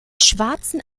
schwarzen